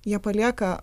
jie palieka